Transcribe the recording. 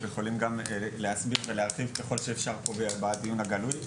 ויכולים גם להסביר ולהרחיב ככל שאפשר פה בדיון הגלוי,